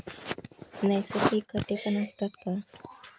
नैसर्गिक खतेपण असतात का?